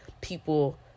people